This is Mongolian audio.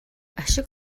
ашиг